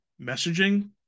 messaging